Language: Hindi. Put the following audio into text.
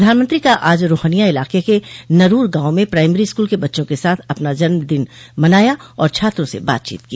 प्रधानमंत्री का आज रोहनिया इलाके के नरूर गांव में प्राइमरी स्कूल के बच्चों के साथ अपना जन्मदिन मनाया और छात्रों से बातचीत की